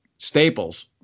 Staples